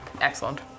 Excellent